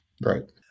Right